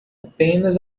apenas